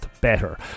better